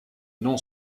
non